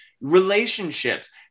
Relationships